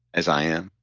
as i am,